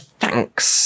thanks